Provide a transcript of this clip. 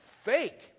fake